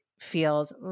feels